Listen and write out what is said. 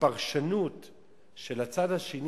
הפרשנות של הצד השני